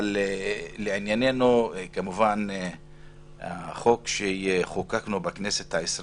לענייננו, החוק שחוקקנו בכנסת ה-20